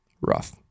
rough